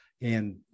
And-